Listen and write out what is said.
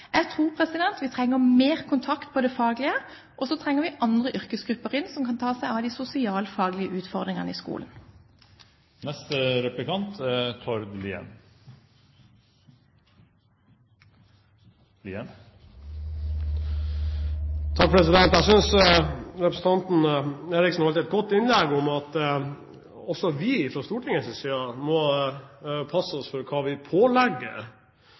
Jeg tror vi trenger mer kontakt når det gjelder det faglige, og så trenger vi å få andre yrkesgrupper inn som kan ta seg av de sosialfaglige utfordringene i skolen. Jeg synes representanten Eriksen holdt et godt innlegg i forhold til at også vi fra Stortingets side må passe oss for hva vi pålegger